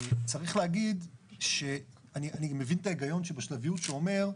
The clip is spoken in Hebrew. אני מבין את ההיגיון שבשלביות שאומר,